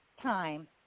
Time